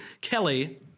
Kelly